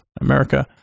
America